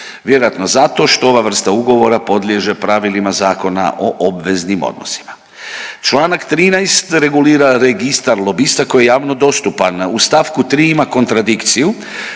vjerojatno zato što ova vrsta ugovora podliježe pravilima Zakona o obveznim odnosima. Članak 13. regulira registar lobista koji je javno dostupan. U stavku 3. ima kontradikciju,